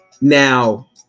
Now